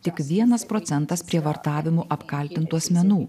tik vienas procentas prievartavimu apkaltintų asmenų